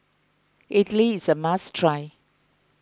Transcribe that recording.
Idly is a must try